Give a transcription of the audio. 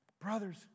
Brothers